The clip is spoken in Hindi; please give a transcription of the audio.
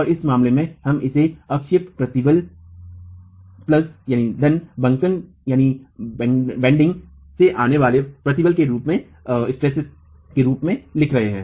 और इस मामले में हम इसे अक्षीय प्रतिबल धन बंकन से आने वाले प्रतिबल के रूप में लिख रहे हैं